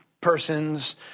persons